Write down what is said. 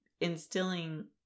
instilling